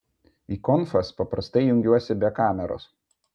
į konfas paprastai jungiuosi be kameros